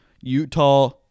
Utah